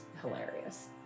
hilarious